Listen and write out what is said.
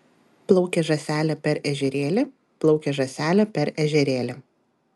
plaukė žąselė per ežerėlį plaukė žąselė per ežerėlį